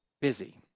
busy